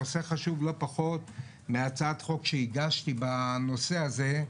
נושא חשוב לא פחות מהצעת החוק שהגשתי בנושא הזה,